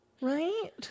right